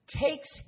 takes